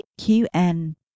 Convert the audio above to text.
QN